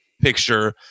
picture